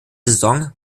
saison